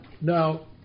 Now